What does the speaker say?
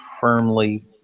firmly